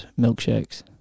milkshakes